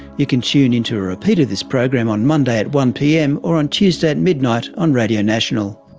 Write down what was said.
you can tune in to a repeat of this program on monday at one pm or on tuesday at midnight on radio national.